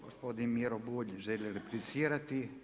Gospodin Miro Bulj želi replicirati.